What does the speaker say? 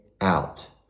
out